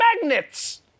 magnets